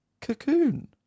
Cocoon